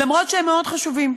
אף שהם מאוד חשובים.